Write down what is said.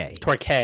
Torque